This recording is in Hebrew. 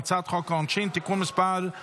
אני קובע כי הצעת חוק הכניסה לישראל (תיקון מס' 41)